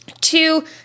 Two